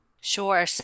Sure